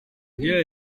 lieu